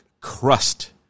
crust